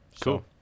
Cool